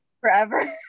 forever